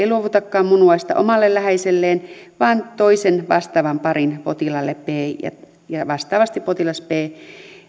luovutakaan munuaista omalle läheiselleen vaan toisen vastaavan parin potilaalle b ja ja vastaavasti potilas b b